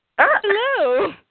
Hello